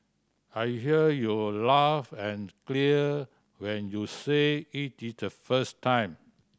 I heard you laugh and clear when you said it the first time